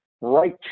right